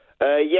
Yes